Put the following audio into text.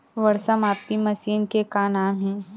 वर्षा मापी मशीन के का नाम हे?